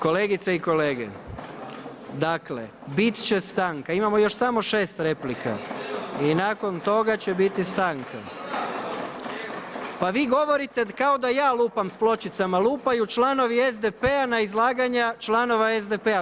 Kolegice i kolege, dakle biti će stanka, imamo još samo 6 replika i nakon toga će biti stanka. … [[Upadica se ne čuje.]] Pa vi govorite kao da ja lupam sa pločicama, lupaju članovi SDP-a na izlaganja članova SDP-a.